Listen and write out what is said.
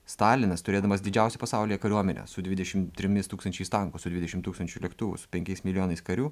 stalinas turėdamas didžiausią pasaulyje kariuomenę su dvidešim trimis tūkstančiais tankų su dvidešim tūkstančių lėktuvų su penkiais milijonais karių